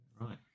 Right